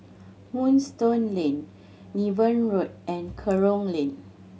Moonstone Lane Niven Road and Kerong Lane